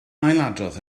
ailadrodd